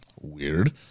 weird